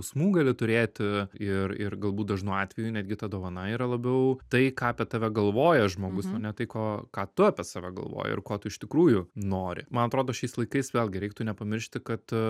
smūgių gali turėti ir ir galbūt dažnu atveju netgi ta dovana yra labiau tai ką apie tave galvoja žmogus o ne tai ko ką tu apie save galvoji ir ko tu iš tikrųjų nori man atrodo šiais laikais vėlgi reiktų nepamiršti kad